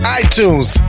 iTunes